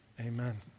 Amen